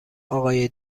آقای